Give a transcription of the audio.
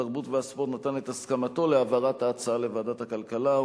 התרבות והספורט נתן הסכמתו להעברת ההצעה לוועדת הכלכלה.